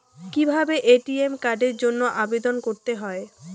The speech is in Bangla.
কিভাবে এ.টি.এম কার্ডের জন্য আবেদন করতে হয়?